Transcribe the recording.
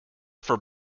for